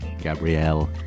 Gabrielle